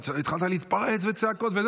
והתחלת להתפרץ בצעקות.